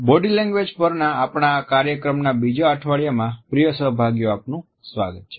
body language પરના આપણા આ કાર્યક્રમના બીજા અઠવાડિયામાં પ્રિય સહભાગીઓ આપનું સ્વાગત છે